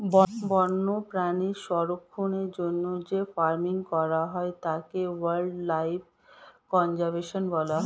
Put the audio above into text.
বন্যপ্রাণী সংরক্ষণের জন্য যে ফার্মিং করা হয় তাকে ওয়াইল্ড লাইফ কনজার্ভেশন বলা হয়